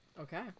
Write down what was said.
Okay